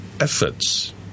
efforts